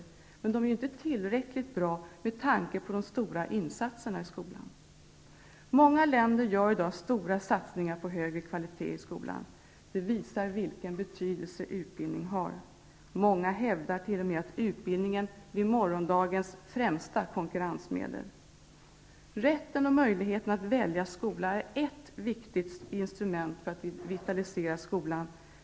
Men de svenska eleverna är inte tillräckligt bra med tanke på de stora insatserna i skolan. Många länder gör i dag stora satsningar på högre kvalitet i skolan. Det visar vilken betydelse utbildning har. Många hävdar t.o.m. att utbildningen blir morgondagens främsta konkurrensmedel. Rätten och möjligheten att välja skola är ett viktigt instrument för att vitalisera skolan.